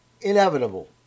inevitable